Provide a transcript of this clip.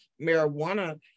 marijuana